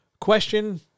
question